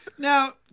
Now